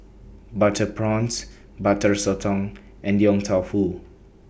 Butter Prawns Butter Sotong and Yong Tau Foo